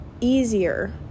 easier